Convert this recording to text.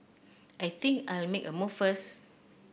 I think I'll make a move first